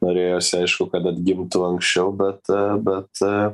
norėjosi aišku kad atgimtų anksčiau bet a bet e